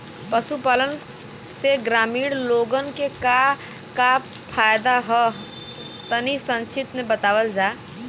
पशुपालन से ग्रामीण लोगन के का का फायदा ह तनि संक्षिप्त में बतावल जा?